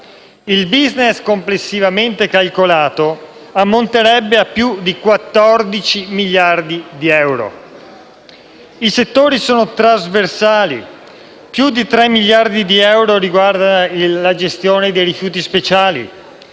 Il *business*, complessivamente calcolato, ammonterebbe a più di 14 miliardi di euro. I settori sono trasversali: più di 3 miliardi di euro riguardano la gestione dei rifiuti speciali;